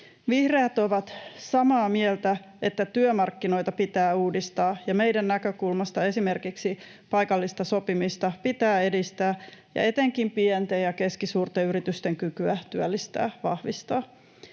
Vihreät ovat samaa mieltä, että työmarkkinoita pitää uudistaa, ja meidän näkökulmasta esimerkiksi paikallista sopimista pitää edistää ja etenkin pienten ja keskisuurten yritysten kykyä työllistää vahvistaa.